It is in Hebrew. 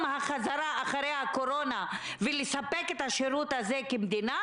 החזרה אחרי הקורונה ולספק את השירות הזה כמדינה?